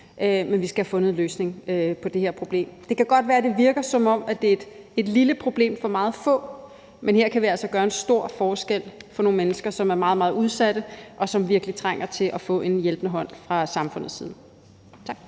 Men vi skal have fundet en løsning på det her problem. Det kan godt være, det virker, som om det er et lille problem for meget få, men her kan vi altså gøre en stor forskel for nogle mennesker, som er meget, meget udsatte, og som virkelig trænger til at få en hjælpende hånd fra samfundets side. Tak.